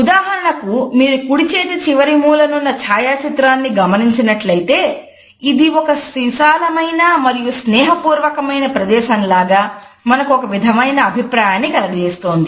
ఉదాహరణకు మీరు కుడిచేతి చివరి మూలలోనున్న ఛాయా చిత్రాన్ని గమనించినట్లయితే ఇది విశాలమైన మరియు స్నేహపూర్వకమైన ప్రదేశంలాగా మనకు ఒక విధమైన అభిప్రాయాన్ని కలగజేస్తోంది